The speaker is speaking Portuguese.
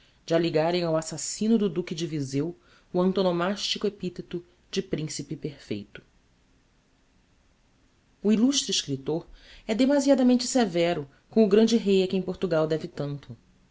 ao assassino do duque de vizeu o antonomastico epitheto de principe perfeito o illustre escriptor é demasiadamente severo com o grande rei a quem portugal deve tanto